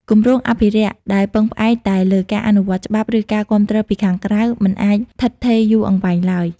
គម្រោងអភិរក្សដែលពឹងផ្អែកតែលើការអនុវត្តច្បាប់ ឬការគាំទ្រពីខាងក្រៅ មិនអាចឋិតឋេរយូរអង្វែងឡើយ។